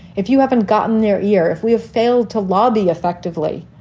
if you haven't gotten their ear. if we have failed to lobby effectively,